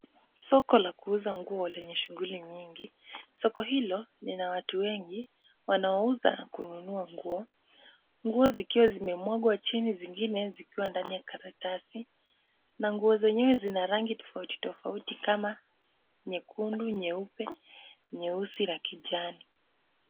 Soko la kuuza nguo lenye shughuli nyingi. Soko hilo lina watu wengi wanaouza na kununua nguo. Nguo zikiwa zimemwagwa chini zingine zikiwa ndani ya karatasi. Manguo zenyewe zina rangi tofauti tofauti kama nyekundu, nyeupe, nyeusi na kijani.